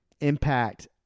impact